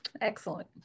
Excellent